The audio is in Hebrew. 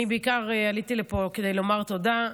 אני עליתי לפה בעיקר כדי לומר תודה.